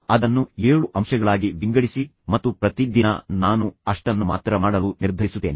ಅದನ್ನು ಏಳು ಅಂಶಗಳಾಗಿ ವಿಂಗಡಿಸಿ ಮತ್ತು ಪ್ರತಿ ದಿನ ನಾನು ಅಷ್ಟನ್ನು ಮಾತ್ರ ಮಾಡಲು ನಿರ್ಧರಿಸುತ್ತೇನೆ